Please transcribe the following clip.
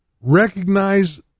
Recognize